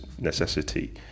necessity